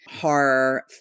horror